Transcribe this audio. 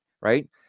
right